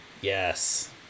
Yes